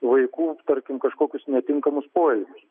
vaikų tarkim kažkokius netinkamus poelgius